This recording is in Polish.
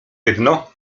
jedno